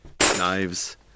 Knives